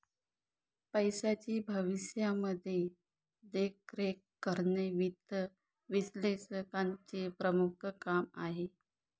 पैशाची भविष्यामध्ये देखरेख करणे वित्त विश्लेषकाचं प्रमुख काम आहे